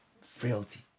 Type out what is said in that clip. frailty